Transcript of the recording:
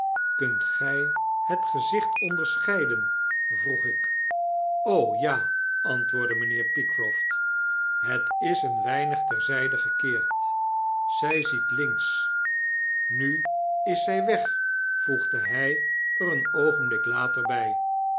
kunt gij het gezicht onderscheiden vroeg ik ja antwoordde mijnheer pycroft het is een weinig ter zijde gekeerd zij ziet links nu is zij weg voegde hij er een oogenblik later